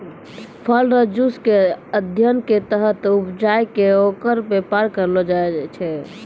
फल रो जुस के अध्ययन के तहत उपजाय कै ओकर वेपार करलो जाय छै